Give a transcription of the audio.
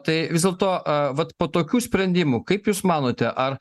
tai vis dėlto a vat po tokių sprendimų kaip jūs manote ar